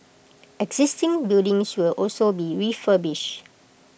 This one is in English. existing buildings will also be refurbished